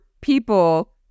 people